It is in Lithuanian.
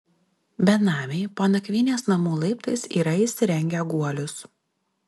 benamiai po nakvynės namų laiptais yra įsirengę guolius